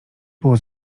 było